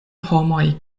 homoj